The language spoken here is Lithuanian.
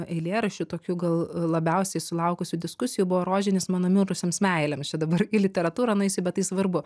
eilėraščių tokių gal labiausiai sulaukusių diskusijų buvo rožinis mano mirusioms meilėms čia dabar į literatūrą nueisiu bet tai svarbu